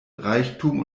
reichtum